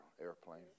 airplane